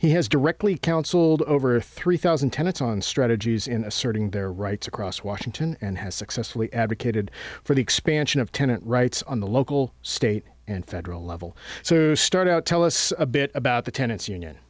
he has directly counseled over three thousand tenets on strategies in asserting their rights across washington and has successfully advocated for the expansion of tenant rights on the local state and federal level so start out tell us a bit about the tenants union